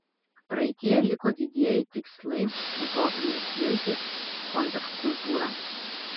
praeityje liko didieji tikslai utopinės viltys kontrkultūra